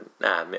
Nah